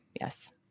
yes